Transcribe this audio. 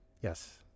Yes